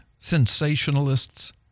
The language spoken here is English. sensationalists